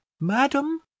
madam